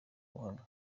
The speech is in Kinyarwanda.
buhamya